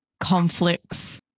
conflicts